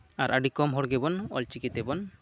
ᱟᱨ ᱟᱹᱰᱤ ᱠᱚᱢ ᱦᱚᱲ ᱜᱮᱵᱚᱱ ᱚᱞ ᱪᱤᱠᱤ ᱛᱮᱵᱚᱱ